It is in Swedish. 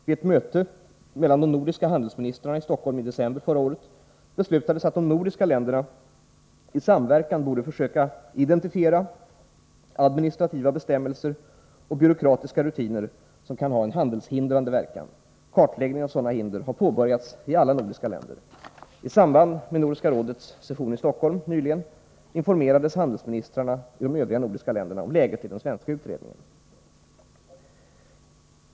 Vid ett möte mellan de nordiska handelsministrarna i Stockholm i december förra året beslutades att de nordiska länderna i samverkan skulle försöka identifiera administrativa bestämmelser och byråkratiska rutiner som kan ha en handelshindrande verkan. Kartläggningen av sådana hinder har påbörjats i alla nordiska länder. I samband med Nordiska rådets session i Stockholm nyligen informerades handelsministrarna i de övriga nordiska länderna om läget i den svenska utredningen.